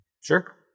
Sure